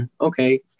okay